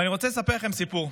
אני רוצה לספר לכם סיפור.